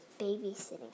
babysitting